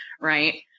right